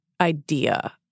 idea